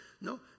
No